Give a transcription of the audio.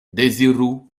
deziru